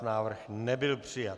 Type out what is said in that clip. Návrh nebyl přijat.